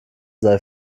sei